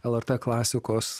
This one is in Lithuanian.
lrt klasikos